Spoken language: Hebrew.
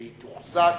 והיא תוחזק,